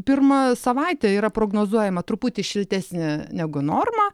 pirma savaitė yra prognozuojama truputį šiltesnė negu norma